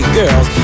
girls